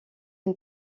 une